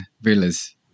Villa's